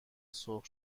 سرخ